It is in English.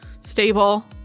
stable